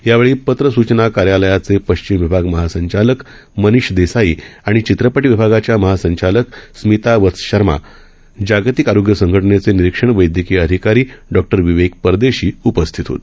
यावेळी पत्र सूचना कार्यालयाचे पश्चिम विभाग महासंचालक मनीष देसाई आणि चित्रपट विभागाच्या महसंचालिका स्मिता वत्स शर्मा जागतिक आरोग्य संघटनेचे निरीक्षण वप्प्यकीय अधिकारी डॉ विवेक परदेशी उपस्थित होते